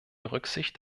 rücksicht